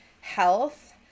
health